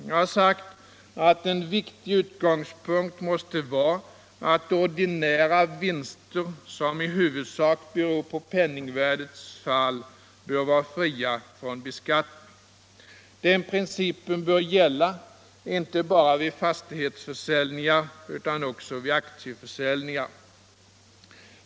Jag har sagt att en utgångspunkt måste vara att ordinära vinster, som i huvudsak beror på penningvärdets fall, bör vara fria från beskattning. Den principen bör gälla inte bara vid fastighetsförsäljningar utan också vid aktieförsäljningar.